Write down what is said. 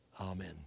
Amen